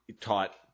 taught